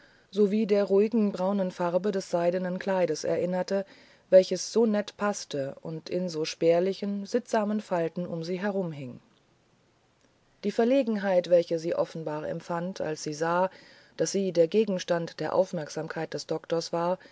sowie der ruhigen braunen farbe des seidenenkleideserinnerte welchessonettpaßteundinsospärlichen sittsamenfalten umsieherumhing die verlegenheit welche sie offenbar empfand als sie sah daß sie der gegenstand der aufmerksamkeit des doktors war